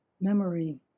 memory